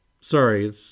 Sorry